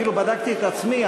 אפילו בדקתי את עצמי,